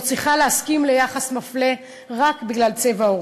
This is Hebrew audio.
צריכה להסכים ליחס מפלה רק בגלל צבע עורה.